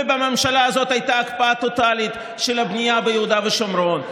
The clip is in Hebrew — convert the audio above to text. ובממשלה הזאת הייתה הקפאה טוטלית של הבנייה ביהודה ושומרון,